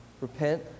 repent